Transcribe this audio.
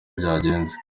byagenze